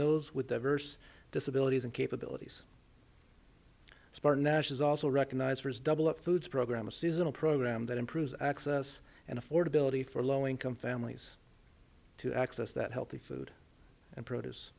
those with diverse disabilities and capabilities aspire nash is also recognized for his double up food program a seasonal program that improves access and affordability for low income families to access that healthy food and produce